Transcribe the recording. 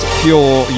pure